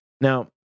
Now